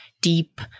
deep